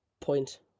point